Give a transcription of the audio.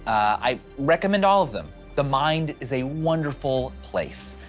i recommend all of them. the mind is a wonderful place.